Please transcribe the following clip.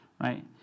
Right